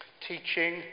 Teaching